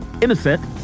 innocent